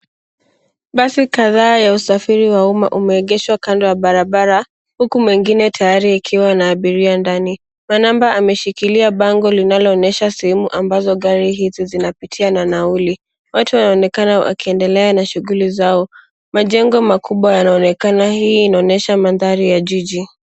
Basi kadhaa ya usafiri wa umma umeegeshwa kando ya barabara, huku mwengine tayari ikiwa na abiria ndani. Manamba ameshikilia bango linaloonyesha sehemu ambazo gari hizi zinapitia na nauli. Watu wanaonekana wakiendelea na shughuli zao. Majengo makubwa yanaonekana. Hii inaonyesha mandhari ya jiji.